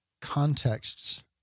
contexts